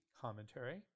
commentary